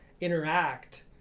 interact